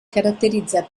caratterizza